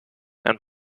and